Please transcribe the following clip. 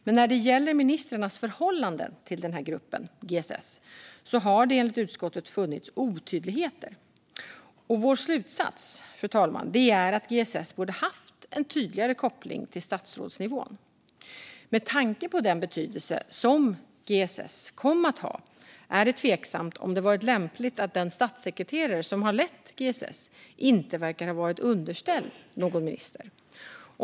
Men när det gäller ministrarnas förhållanden till gruppen, GSS, har det enligt utskottet funnits otydligheter. Vår slutsats, fru talman, är att GSS borde ha haft en tydligare koppling till statsrådsnivån. Med tanke på den betydelse som GSS kom att ha är det tveksamt om det varit lämpligt att den statssekreterare som har lett GSS inte verkar ha varit underställd någon minister.